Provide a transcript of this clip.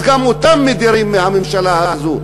אז גם אותם מדירים מהממשלה הזו,